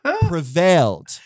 prevailed